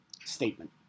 statement